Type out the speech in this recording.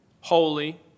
holy